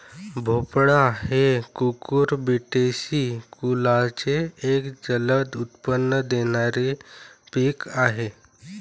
भोपळा हे कुकुरबिटेसी कुलाचे एक जलद उत्पन्न देणारे पीक आहे